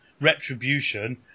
Retribution